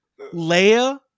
leia